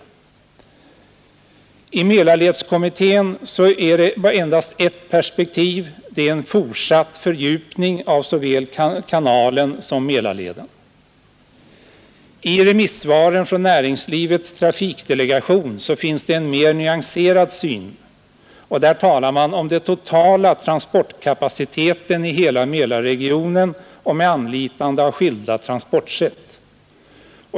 För Mälarledskommittén finns det endast ett perspektiv, nämligen en fortsatt fördjupning av såväl kanalen som Mälarleden. I remissvaret från näringslivets trafikdelegation finns en mer nyanserad syn, och där talar man om den totala transportkapaciteten i hela Mälarregionen med anlitande av skilda transportsätt.